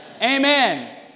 Amen